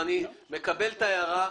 אני מקבל את ההערה.